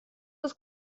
das